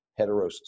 heterosis